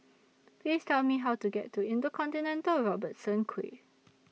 Please Tell Me How to get to InterContinental Robertson Quay